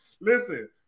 Listen